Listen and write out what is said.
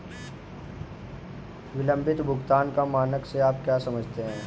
विलंबित भुगतान का मानक से आप क्या समझते हैं?